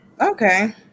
Okay